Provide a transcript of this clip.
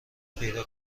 پیدا